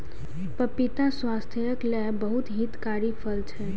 पपीता स्वास्थ्यक लेल बहुत हितकारी फल छै